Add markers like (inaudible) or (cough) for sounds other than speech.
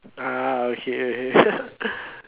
ah okay okay (laughs)